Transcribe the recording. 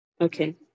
Okay